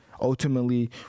ultimately